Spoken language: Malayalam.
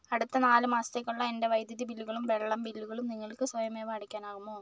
അടുത്ത നാല് മാസത്തേക്കുള്ള എൻ്റെ വൈദ്യുതി ബില്ലുകളും വെള്ളം ബില്ലുകളും നിങ്ങൾക്ക് സ്വയമേവ അടയ്ക്കാനാവുമോ